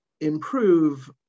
improve